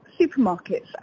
supermarkets